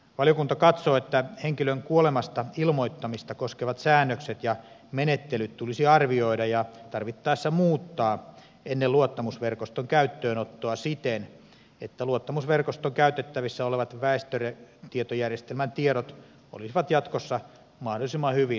valiokunta katsoo että henkilön kuolemasta ilmoittamista koskevat säännökset ja menettelyt tulisi arvioida ja tarvittaessa muuttaa ennen luottamusverkoston käyttöönottoa siten että luottamusverkoston käytettävissä olevat väestötietojärjestelmän tiedot olisivat jatkossa mahdollisimman hyvin ajan tasalla